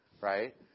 Right